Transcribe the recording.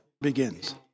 begins